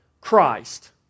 Christ